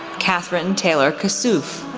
kathryn taylor kassouf,